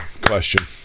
question